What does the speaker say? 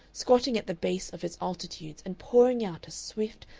squatting at the base of its altitudes and pouring out a swift,